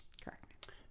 correct